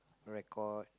record